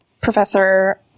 Professor